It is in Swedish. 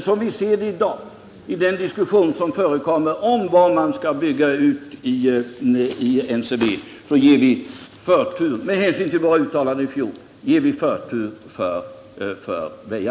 Som vi ser det i dag när det gäller diskussionen om var man skall bygga ut inom NCB-koncernen ger vi, med hänsyn till våra uttalanden i fjol, förtur för Väja.